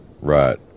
Right